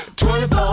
24